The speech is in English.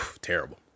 terrible